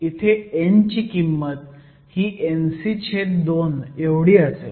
इथे n ची किंमत ही Nc छेद 2 एवढी असेल